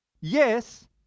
Yes